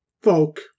folk